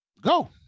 go